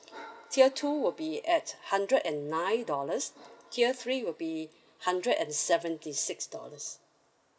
tier two would be at hundred and nine dollars tier three will be hundred and seventy six dollars